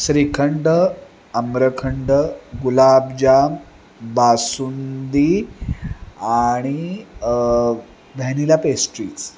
श्रीखंड आम्रखंड गुलाबजाम बासुंदी आणि व्हॅनिला पेस्ट्रीज